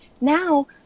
Now